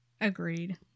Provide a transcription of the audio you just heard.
Agreed